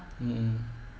mm mm